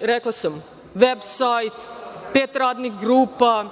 Rekla sam, veb-sajt, pet radnih grupa,